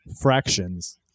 fractions